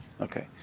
Okay